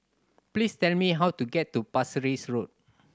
please tell me how to get to Parsi Road